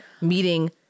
meeting